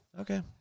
Okay